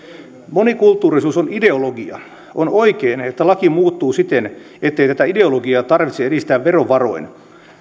monikulttuurisuus on ideologia on oikein että laki muuttuu siten ettei tätä ideologiaa tarvitse edistää verovaroin